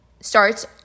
starts